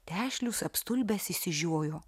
tešlius apstulbęs išsižiojo